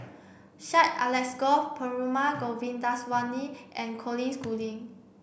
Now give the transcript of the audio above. Syed Alsagoff Perumal Govindaswamy and Colin Schooling